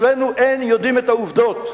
אצלנו אין יודעים את העובדות.